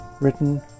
written